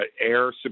air